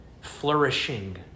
flourishing